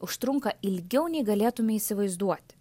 užtrunka ilgiau nei galėtume įsivaizduoti